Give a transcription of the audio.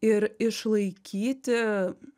ir išlaikyti